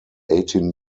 eighteen